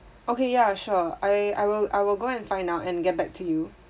okay ya sure I I will I will go and find out and get back to you